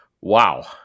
wow